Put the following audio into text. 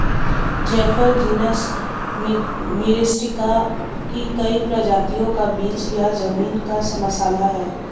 जायफल जीनस मिरिस्टिका की कई प्रजातियों का बीज या जमीन का मसाला है